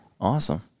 Awesome